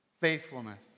faithfulness